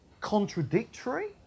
contradictory